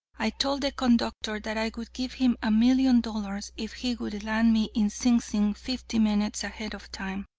i told the conductor that i would give him a million dollars if he would land me in sing sing fifteen minutes ahead of time,